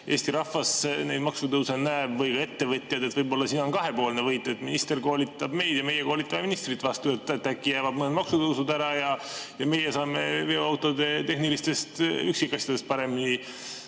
Eesti rahvas või näevad ka ettevõtjad? Võib-olla siis on kahepoolne võit, et minister koolitab meid ja meie koolitame ministrit vastu. Äkki jäävad mõned maksutõusud ära ja meie saame veoautode tehnilistest üksikasjadest paremini